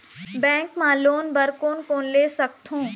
Bank मा loan बर कोन कोन ले सकथों?